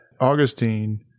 Augustine